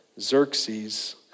Xerxes